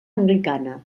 anglicana